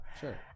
Sure